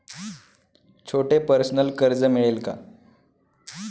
छोटे पर्सनल कर्ज मिळेल का?